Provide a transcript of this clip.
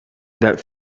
that